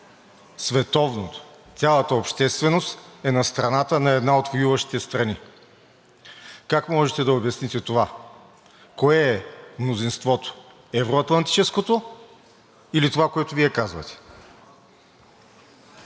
световното, цялата общественост е на страната на една от воюващите страни. Как може да обясните това? Кое е мнозинството – евро-атлантическото или това, което Вие казвате?